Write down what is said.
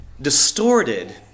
distorted